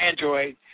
Android –